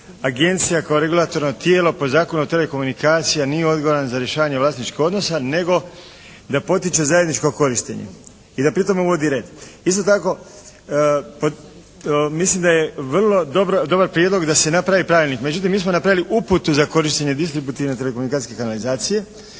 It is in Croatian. agencija kao regulatorno tijelo po Zakonu o telekomunikaciji nije odgovoran za rješavanje vlasničkih odnosa nego da potiče zajedničko korištenje i da pri tome uvodi red. Isto tako mislim da je vrlo dobar prijedlog da se napravi pravilnik. Međutim, mi smo napravili uputu za korištenje distributivne telekomunikacijske kanalizacije.